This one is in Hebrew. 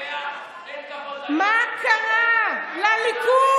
זה מפריע לי, זה מפריע לי.